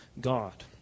God